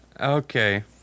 Okay